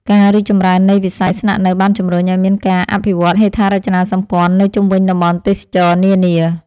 ការរីកចម្រើននៃវិស័យស្នាក់នៅបានជំរុញឱ្យមានការអភិវឌ្ឍហេដ្ឋារចនាសម្ព័ន្ធនៅជុំវិញតំបន់ទេសចរណ៍នានា។